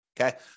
okay